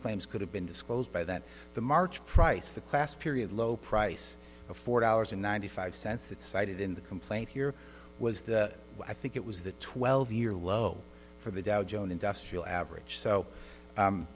claims could have been disclosed by that the march price the class period low price of four dollars and ninety five cents that cited in the complaint here was the i think it was the twelve year low for the dow jones industrial average so